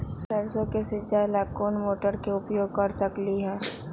सरसों के सिचाई ला कोंन मोटर के उपयोग कर सकली ह?